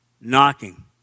knocking